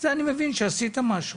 זה אני מבין שעשית משהו.